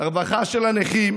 ברווחה של הנכים,